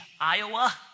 Iowa